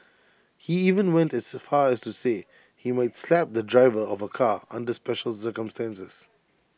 he even went as far as to say he might slap the driver of A car under special circumstances